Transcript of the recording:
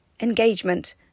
engagement